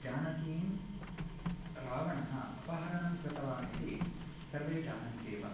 जानकीं रावणः अपहरणं कृतवान् इति सर्वे जानन्ति एव